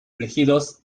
elegidos